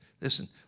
listen